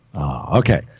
Okay